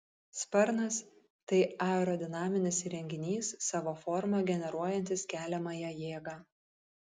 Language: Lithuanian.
sparnas tai aerodinaminis įrenginys savo forma generuojantis keliamąją jėgą